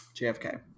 JFK